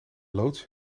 loods